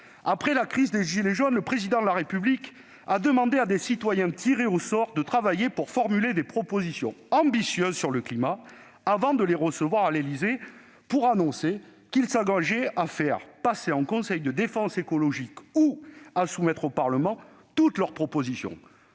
Après la crise des « gilets jaunes », le Président de la République a demandé à des citoyens tirés au sort, de travailler pour formuler des propositions ambitieuses sur le climat, avant de les recevoir à l'Élysée pour annoncer qu'il s'engageait à faire passer en conseil de défense écologique ou à soumettre au Parlement toutes leurs propositions.